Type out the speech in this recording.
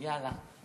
ואללה.